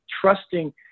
trusting